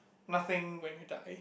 nothing when you die